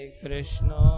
krishna